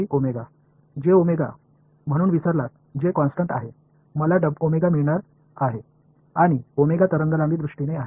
j म्हणून विसरलात j constant आहे मला मिळणार आहे आणि तरंगलांबी दृष्टीने आहे